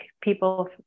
people